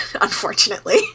unfortunately